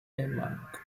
denmark